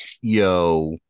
yo